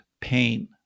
pain